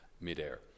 mid-air